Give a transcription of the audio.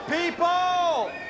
People